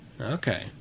Okay